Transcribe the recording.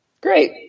Great